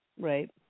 Right